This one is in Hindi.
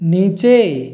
नीचे